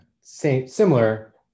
Similar